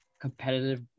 competitive